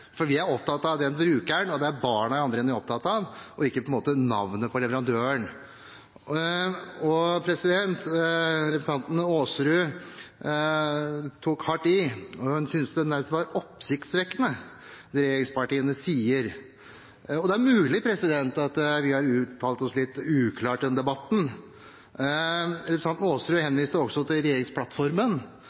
er barna vi er opptatt av, og ikke navnet på leverandøren. Representanten Aasrud tok hardt i, og hun synes det er oppsiktsvekkende det regjeringspartiene sier. Det er mulig at vi har uttalt oss litt uklart i debatten. Representanten henviste også til regjeringsplattformen,